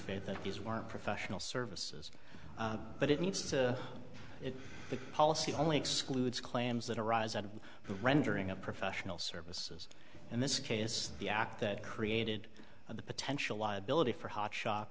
faith that these weren't professional services but it needs to be policy only excludes claims that arise out of rendering of professional services in this case the act that created the potential liability for hotsho